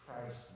Christ